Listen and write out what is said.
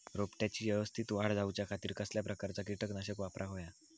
रोपट्याची यवस्तित वाढ जाऊच्या खातीर कसल्या प्रकारचा किटकनाशक वापराक होया?